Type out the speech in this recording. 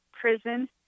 prison